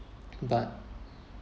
but